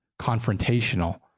confrontational